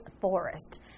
forest